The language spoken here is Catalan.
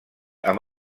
amb